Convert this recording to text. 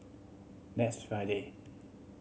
next Friday